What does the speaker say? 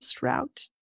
route